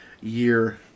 year